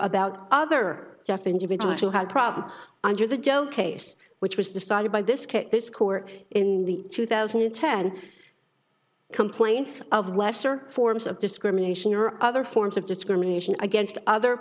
about other deaf individuals who had problems under the joe case which was decided by this case this court in the two thousand and ten complaints of lesser forms of discrimination or other forms of discrimination against other